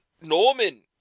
Norman